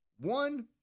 One